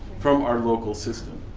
from our local system.